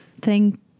Thank